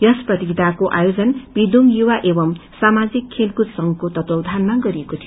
यस प्रतियोगिताको आयोजन पेदोंग युवा एवं सामाजिक खेलकूद संघको तत्वाधानमा गरिएको थियो